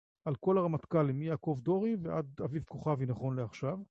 על כל הרמטכ"לים מיעקב דורי ועד אביב כוכבי נכון לעכשיו.